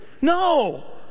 No